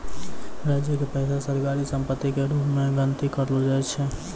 राज्य के पैसा सरकारी सम्पत्ति के रूप मे गनती करलो जाय छै